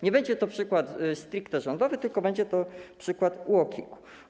Nie będzie to przykład stricte rządowy, tylko będzie to przykład UOKiK-u.